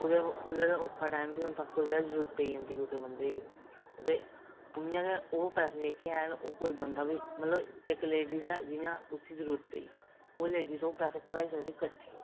कुसै बेल्लै औखा टाईम बी होंदा ते कुसै बेल्लै जरूरत पेई जंदी बंदे गी बी ते उ'आं गै कोई पैसे बी हैन ते ओह् बंदा बी ते इक्क लेडीज़ ऐ जियां उसगी जरूरत पेई ते ओह् लेडीज़ ओह् पैसे कढाई सकदी किट्ठे